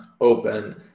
open